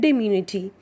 Immunity